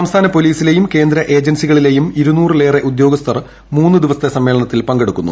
സംസ്ഥാന പൊലീസിലെയും കേന്ദ്ര ഏജൻസികളിലെയും ഇരുന്നൂറിലേറെ ഉദ്യോഗസ്ഥർ മൂന്ന് ദിവസത്തെ സമ്മേളനത്തിൽ പങ്കെടുക്കുന്നു